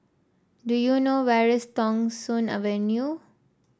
do you know where is Thong Soon Avenue